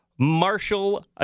Marshall